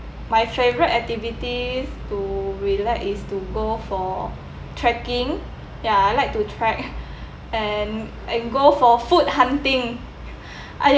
my favourite activities to relax is to go for trekking ya I like to trek and and go for food hunting